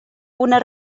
una